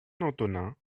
antonin